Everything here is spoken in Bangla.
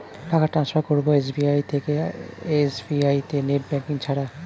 টাকা টান্সফার করব এস.বি.আই থেকে এস.বি.আই তে নেট ব্যাঙ্কিং ছাড়া?